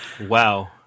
Wow